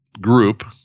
group